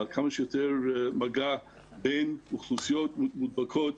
כמה שיותר מגע בין אוכלוסיות מודבקות,